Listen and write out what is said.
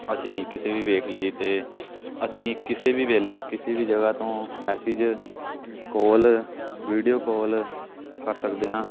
ਅਸੀਂ ਕਿਸੇ ਵੀ ਵੇਖ ਲਈਏ ਅਤੇ ਅਸੀਂ ਕਿਸੇ ਵੀ ਵੇਲੇ ਕਿਸੇ ਵੀ ਜਗ੍ਹਾ ਤੋਂ ਮੈਸੇਜ ਕੋਲ ਵੀਡੀਓ ਕਾਲ ਕਰ ਸਕਦੇ ਹਾਂ